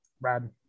Brad